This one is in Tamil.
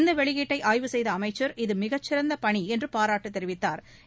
இந்த வெளியீட்டை ஆய்வு செய்த அமைச்சர் இது மிகச் சிறந்த பணி என்று பாராட்டு தெரிவித்தாா்